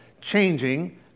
changing